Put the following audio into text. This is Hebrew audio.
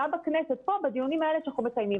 גם בכנסת בדיונים האלה שאנחנו מקיימים,